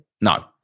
No